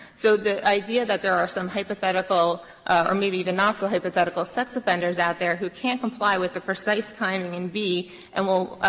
so the idea that there are some hypothetical or maybe even not so hypothetical sex offenders out there who can't comply with the precise timing in and will